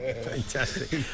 Fantastic